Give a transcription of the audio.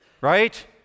right